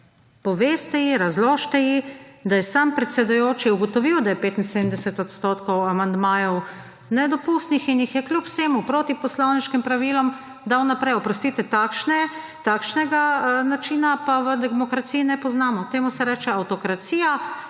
Povejte ji, razložite ji, da je sam predsedujoči ugotovil, da je 75 % amandmajev nedopustnih in jih je kljub vsemu proti poslovniškim pravilom dal naprej. Oprostite, takšne, takšnega načina pa v demokraciji ne poznamo. Temu se reče avtokracija,